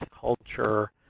culture